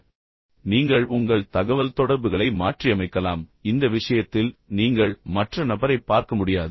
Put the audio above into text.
எனவே நீங்கள் உங்கள் தகவல்தொடர்புகளை மாற்றியமைக்கலாம் ஆனால் இந்த விஷயத்தில் நீங்கள் மற்ற நபரைப் பார்க்க முடியாது